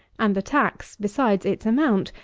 and the tax, besides its amount,